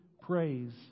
praise